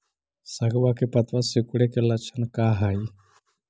सगवा के पत्तवा सिकुड़े के लक्षण का हाई?